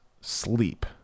sleep